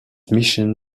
mission